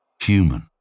Human